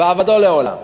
"ועבדו לעולם",